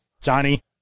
Johnny